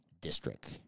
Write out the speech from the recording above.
district